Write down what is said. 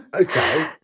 Okay